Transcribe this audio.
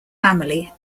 family